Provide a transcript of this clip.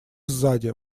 сзади